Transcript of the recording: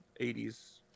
80s